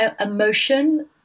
emotion